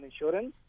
insurance